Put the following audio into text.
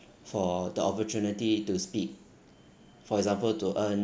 for the opportunity to speak for example to earn